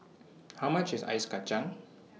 How much IS Ice Kacang